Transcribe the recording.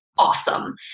Awesome